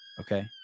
Okay